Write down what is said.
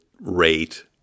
rate